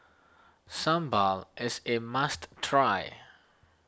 Sambal is a must try